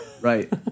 Right